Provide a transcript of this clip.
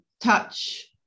Touch